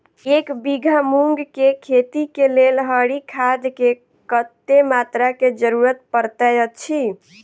एक बीघा मूंग केँ खेती केँ लेल हरी खाद केँ कत्ते मात्रा केँ जरूरत पड़तै अछि?